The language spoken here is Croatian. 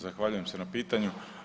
Zahvaljujem se na pitanju.